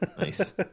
Nice